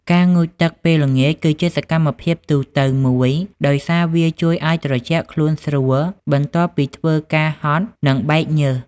ការងូតទឹកពេលល្ងាចគឺជាសកម្មភាពទូទៅមួយ ដោយសារវាជួយឱ្យត្រជាក់ខ្លួនស្រួលបន្ទាប់ពីធ្វើការហត់ និងបែកញើស។